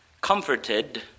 Comforted